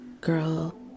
Girl